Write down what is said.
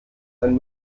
ein